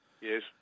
Yes